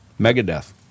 Megadeth